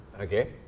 Okay